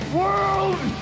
world